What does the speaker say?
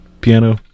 piano